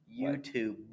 YouTube